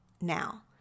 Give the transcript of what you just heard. Now